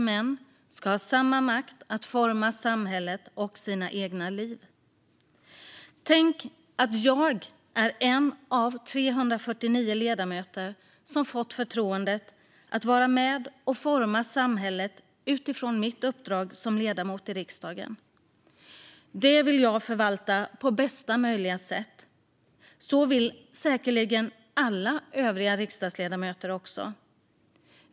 Tänk att jag är en av 349 ledamöter som fått förtroendet att vara med och forma samhället utifrån mitt uppdrag som ledamot i riksdagen! Det vill jag förvalta på bästa möjliga sätt. Det vill säkerligen också alla övriga riksdagsledamöter.